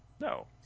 No